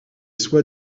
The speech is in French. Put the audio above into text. soit